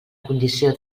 condició